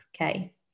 Okay